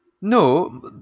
No